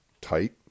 tight